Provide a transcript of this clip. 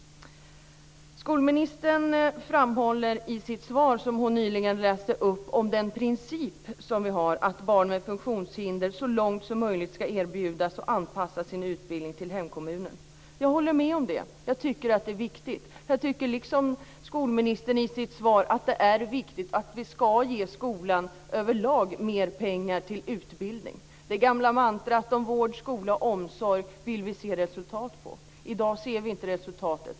Skolministern framhåller i det svar som hon nyss läste upp den princip som vi har, nämligen att barn med funktionshinder så långt som möjligt ska erbjudas en anpassad utbildning i hemkommunen. Jag håller med om det och tycker att det är viktigt. Jag tycker också, som skolministern säger i sitt svar, att det är viktigt att vi ska ge skolan överlag mer pengar till utbildning. När det gäller det gamla mantrat om vård, skola och omsorg vill vi se resultat. I dag ser vi inte resultatet.